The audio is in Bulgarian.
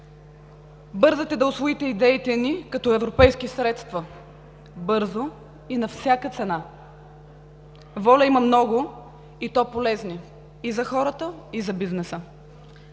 Бързате да усвоите идеите ни като европейски средства – бързо и на всяка цена. ВОЛЯ има много, и то полезни и за хората, и за бизнеса.